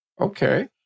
Okay